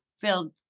filled